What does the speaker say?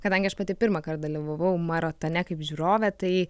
kadangi aš pati pirmąkart dalyvavau maratone kaip žiūrovė tai